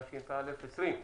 התשפ"א-2020.